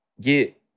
get